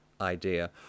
idea